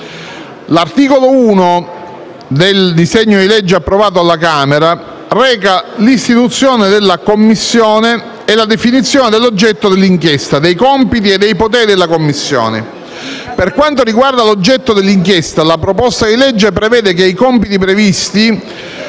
L'articolo 1 del disegno di legge approvato alla Camera reca l'istituzione della Commissione e la definizione dell'oggetto dell'inchiesta, dei compiti e dei poteri della Commissione. Per quanto riguarda l'oggetto dell'inchiesta, la proposta di legge prevede che i compiti previsti